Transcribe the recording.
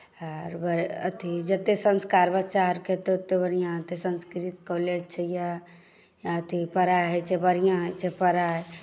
आओर अथी जतेक संस्कार बच्चा आओरकेँ हेतै ओतेक बढ़िआँ हेतै संस्कृत कॉलेज छै यए आ अथी पढ़ाइ होइत छै बढ़िआँ होइत छै पढ़ाइ